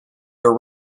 their